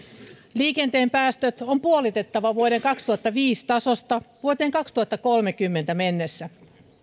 liikenteen päästöt on puolitettava vuoden kaksituhattaviisi tasosta vuoteen kaksituhattakolmekymmentä mennessä